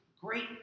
great